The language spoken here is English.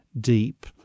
deep